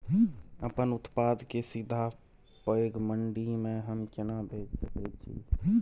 अपन उत्पाद के सीधा पैघ मंडी में हम केना भेज सकै छी?